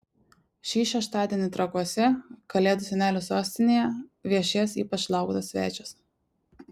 šį šeštadienį trakuose kalėdų senelių sostinėje viešės ypač lauktas svečias